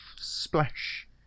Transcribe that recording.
splash